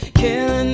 killing